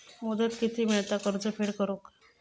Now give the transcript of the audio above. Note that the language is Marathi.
मुदत किती मेळता कर्ज फेड करून?